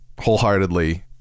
wholeheartedly